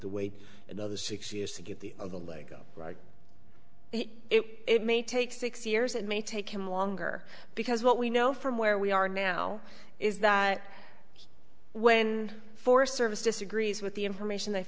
to wait another six years to get the a lego it may take six years it may take him longer because what we know from where we are now is that when forest service disagrees with the information they